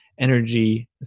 energy